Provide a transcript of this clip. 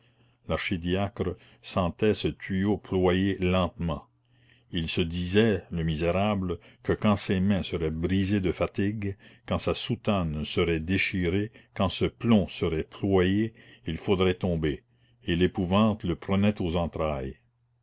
l'archidiacre sentait ce tuyau ployer lentement il se disait le misérable que quand ses mains seraient brisées de fatigue quand sa soutane serait déchirée quand ce plomb serait ployé il faudrait tomber et l'épouvante le prenait aux entrailles